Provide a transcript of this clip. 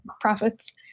profits